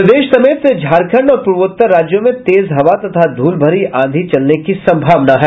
प्रदेश समेत झारखंड और पूर्वोत्तर राज्यों में तेज हवा तथा धूल भरी आंधी चलने की सम्भावना है